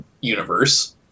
universe